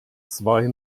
zwei